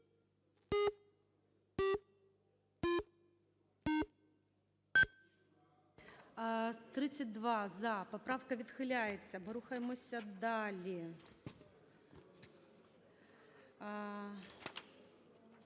За-32 Поправка відхиляється. Ми рухаємося далі.